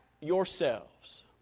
yourselves